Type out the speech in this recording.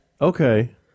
Okay